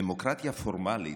בדמוקרטיה פורמלית,